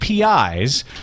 APIs